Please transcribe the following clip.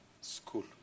school